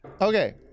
Okay